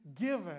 given